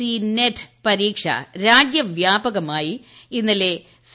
C NET പരീക്ഷ രാജ്യവ്യാപകമായി ഇന്നലെ സി